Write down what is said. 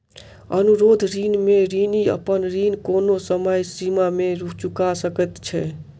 अनुरोध ऋण में ऋणी अपन ऋण कोनो समय सीमा में चूका सकैत छै